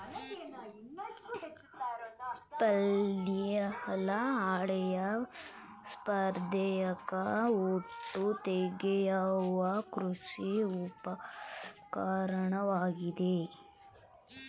flail ಹಳೆಯ ಸಾಂಪ್ರದಾಯಿಕ ಹೊಟ್ಟು ತೆಗೆಯುವ ಕೃಷಿ ಉಪಕರಣವಾಗಿದೆ